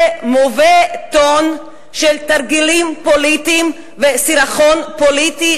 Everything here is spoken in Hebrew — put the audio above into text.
זה mauvais ton של תרגילים פוליטיים וסירחון פוליטי,